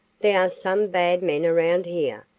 there are some bad men around here,